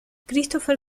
christopher